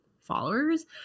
followers